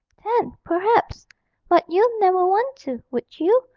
ten, perhaps but you'd never want to, would you,